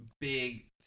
big